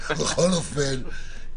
בכל אופן,